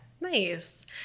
Nice